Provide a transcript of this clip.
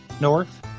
North